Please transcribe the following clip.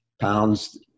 pounds